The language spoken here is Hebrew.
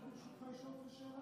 בן גביר, אני יכול לשאול אותך שאלה?